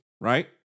right